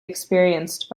experienced